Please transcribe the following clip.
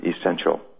essential